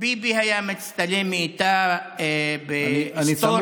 ביבי היה מצטלם איתה בסטורי של האינסטגרם שלו.